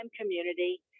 community